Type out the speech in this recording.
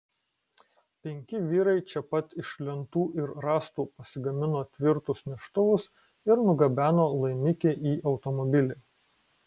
penki vyrai čia pat iš lentų ir rąstų pasigamino tvirtus neštuvus ir nugabeno laimikį į automobilį